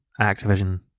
Activision